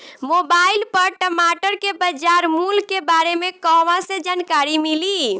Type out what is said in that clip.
Mobile पर टमाटर के बजार मूल्य के बारे मे कहवा से जानकारी मिली?